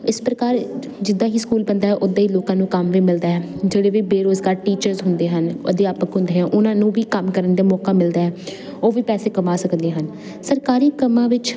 ਇਸ ਪ੍ਰਕਾਰ ਜਿੱਦਾਂ ਹੀ ਸਕੂਲ ਬਣਦਾ ਉੱਦਾਂ ਹੀ ਲੋਕਾਂ ਨੂੰ ਕੰਮ ਵੀ ਮਿਲਦਾ ਹੈ ਜਿਹੜੇ ਵੀ ਬੇਰੁਜ਼ਗਾਰ ਟੀਚਰਸ ਹੁੰਦੇ ਹਨ ਅਧਿਆਪਕ ਹੁੰਦੇ ਹਨ ਉਹਨਾਂ ਨੂੰ ਵੀ ਕੰਮ ਕਰਨ ਦੇ ਮੌਕਾ ਮਿਲਦਾ ਉਹ ਵੀ ਪੈਸੇ ਕਮਾ ਸਕਦੇ ਹਨ ਸਰਕਾਰੀ ਕੰਮਾਂ ਵਿੱਚ